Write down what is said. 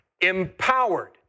empowered